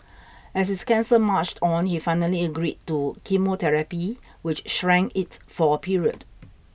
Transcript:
as his cancer marched on he finally agreed to chemotherapy which shrank it for a period